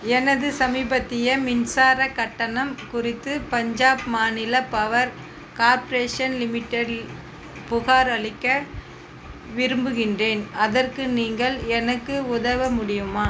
எனது சமீபத்திய மின்சாரக் கட்டணம் குறித்து பஞ்சாப் மாநில பவர் கார்ப்பரேஷன் லிமிடெடில் புகார் அளிக்க விரும்புகின்றேன் அதற்கு நீங்கள் எனக்கு உதவ முடியுமா